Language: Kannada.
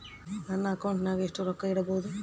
ನನ್ನ ಅಕೌಂಟಿನಾಗ ಎಷ್ಟು ರೊಕ್ಕ ಇಡಬಹುದು?